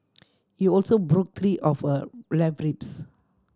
he also broke three of her left ribs